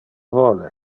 vole